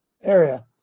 area